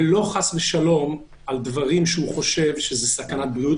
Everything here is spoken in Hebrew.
ולא חס ושלום על דברים שהוא חושב שהם סכנת בריאות,